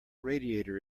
radiator